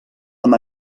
amb